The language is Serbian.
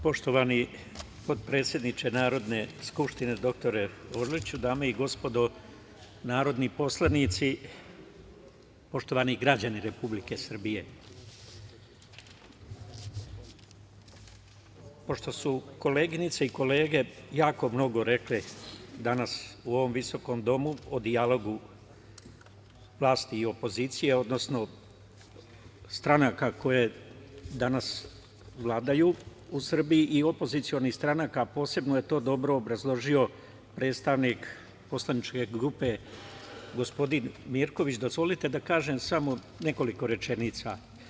Poštovani potpredsedniče Narodne skupštine, dr Orliću, dame i gospodo narodni poslanici, poštovani građani Republike Srbije, pošto su koleginice i kolege jako mnogo rekle danas u ovom visokom domu o dijalogu vlasti i opozicije, odnosno stranaka koje danas vladaju u Srbiji i opozicionih stranaka, a posebno je to dobro obrazložio predstavnik poslaničke grupe, gospodin Mirković, dozvolite da kažem samo nekoliko rečenica.